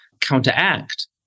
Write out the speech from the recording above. counteract